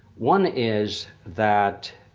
one is that,